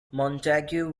montague